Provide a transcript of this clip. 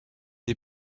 des